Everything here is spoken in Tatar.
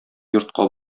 йортка